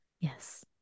Yes